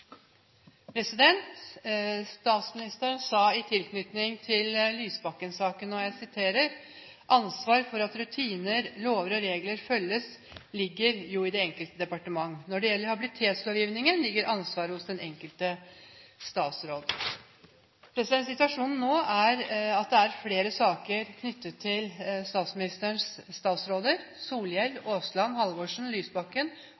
jeg siterer: «Ansvaret for at rutiner, lover og regler følges, ligger jo i det enkelte departement.» Og han sa: «Når det gjelder habilitetslovgivningen, ligger jo ansvaret hos den enkelte statsråd.» Situasjonen nå er at det er flere saker knyttet til statsministerens statsråder: tidligere statsråd Solhjell, statsråd Aasland, statsråd Halvorsen og tidligere statsråd Lysbakken,